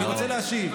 אני רוצה להשיב.